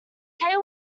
hay